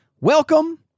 welcome